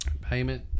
payment